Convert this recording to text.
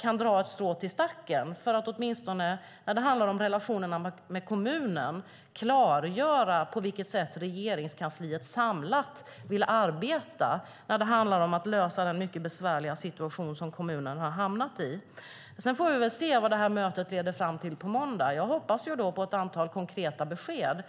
kan dra ett strå till stacken för att åtminstone när det handlar om relationerna med kommunen klargöra på vilket sätt Regeringskansliet samlat vill arbeta när det gäller att lösa den mycket besvärliga situation kommunen har hamnat i. Sedan får vi se vad mötet på måndag leder fram till. Jag hoppas på att antal konkreta besked.